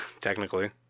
Technically